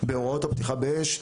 בהוראות הפתיחה באש,